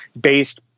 based